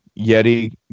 Yeti